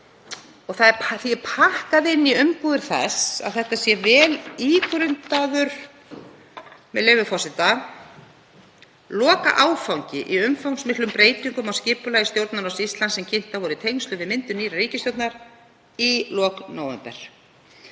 kosningar. Því er pakkað inn í umbúðir þess að þetta sé vel ígrundaður, með leyfi forseta, „lokaáfangi í umfangsmiklum breytingum á skipulagi Stjórnarráðs Íslands sem kynntar voru í tengslum við myndun nýrrar ríkisstjórnar í lok nóvember